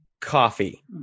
coffee